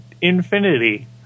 infinity